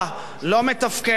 לא מתפקדת,